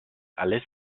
alles